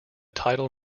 title